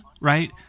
right